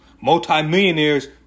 Multi-millionaires